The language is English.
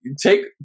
take